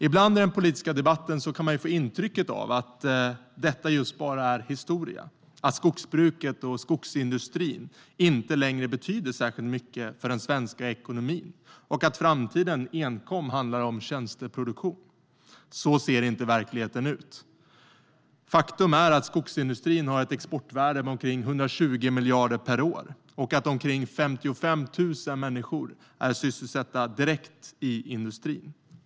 Ibland i den politiska debatten kan man få intrycket att detta är just bara historia, att skogsbruket och skogsindustrin inte längre betyder särskilt mycket för den svenska ekonomin och att framtiden enkom handlar om tjänsteproduktion. Så ser inte verkligheten ut. Faktum är att skogsindustrin har ett exportvärde på omkring 120 miljarder per år och att omkring 55 000 människor är direkt sysselsatta i industrin.